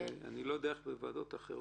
אני לא יודע מה קורה בוועדות אחרות,